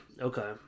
Okay